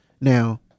now